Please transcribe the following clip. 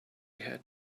had